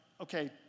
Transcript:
okay